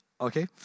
Okay